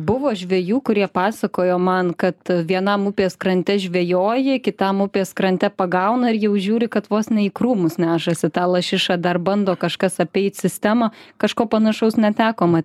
buvo žvejų kurie pasakojo man kad vienam upės krante žvejoja kitam upės krante pagauna ir jau žiūri kad vos ne į krūmus nešasi tą lašišą dar bando kažkas apeit sistemą kažko panašaus neteko ma